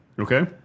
Okay